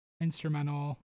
instrumental